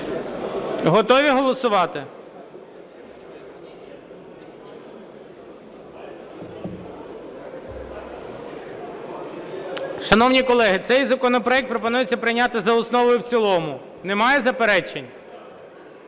Готові голосувати? Шановні колеги, цей законопроект пропонується прийняти за основу і в цілому. Немає заперечень?